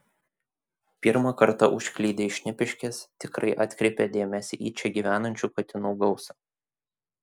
pirmą kartą užklydę į šnipiškes tikrai atkreipia dėmesį į čia gyvenančių katinų gausą